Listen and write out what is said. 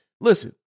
Listen